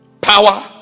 Power